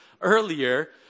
earlier